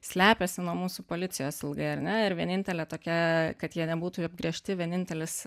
slepiasi nuo mūsų policijos ilgai ar ne ir vienintelė tokia kad jie nebūtų apgręžti vienintelis